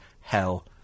hell